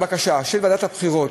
עלתה בקשה של ועדת הבחירות,